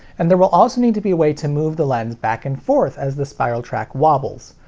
and there will also need to be a way to move the lens back and forth as the spiral track wobbles.